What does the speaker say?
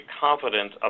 confident